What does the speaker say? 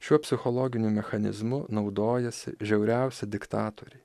šiuo psichologiniu mechanizmu naudojasi žiauriausi diktatoriai